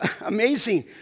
amazing